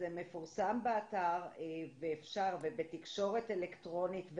זה מפורסם באתר ובתקשורת אלקטרונית,